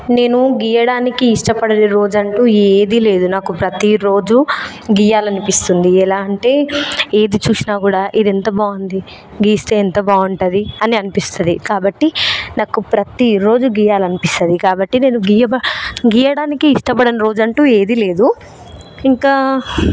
నేను గీయడానికి ఇష్టపడని రోజు అంటూ నాకు ఏది లేదు నాకు ప్రతి రోజు గీయాలి అనిపిస్తుంది ఎలా అంటే ఏది చూసినా కూడా ఇది ఎంత బాగుంది గీస్తే ఎంత బాగుంటుంది అని అనిపిస్తుంది కాబట్టి నాకు ప్రతి రోజు గీయాలి అనిపిస్తుంది కాబట్టి నేను గీయడ గీయడానికి ఇష్టపడని రోజు అంటూ ఏది లేదు ఇంకా